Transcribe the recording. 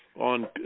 on